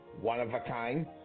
one-of-a-kind